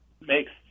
makes